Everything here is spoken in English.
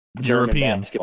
European